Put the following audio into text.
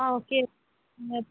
आं ओके